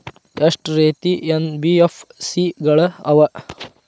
ಎಷ್ಟ ರೇತಿ ಎನ್.ಬಿ.ಎಫ್.ಸಿ ಗಳ ಅವ?